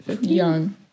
young